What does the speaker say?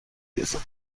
ریزم